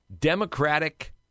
Democratic